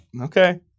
okay